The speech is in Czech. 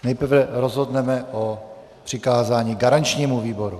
Nejprve rozhodneme o přikázání garančnímu výboru.